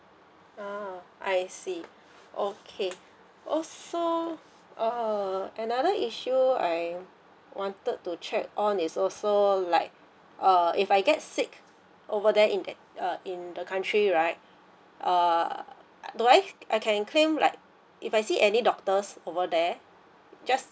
ah I see okay also err another issue I wanted to check on is also like err if I get sick over there in that uh in the country right err do I I can claim like if I see any doctors over there just